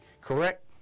correct